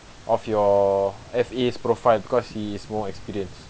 of your F_A's profile because he is more experienced